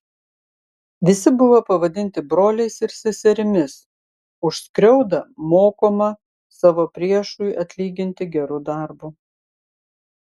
visi buvo pavadinti broliais ir seserimis už skriaudą mokoma savo priešui atlyginti geru darbu